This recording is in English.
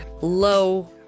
low